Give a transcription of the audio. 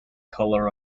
colour